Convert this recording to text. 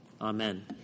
Amen